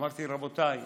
אמרתי: רבותיי,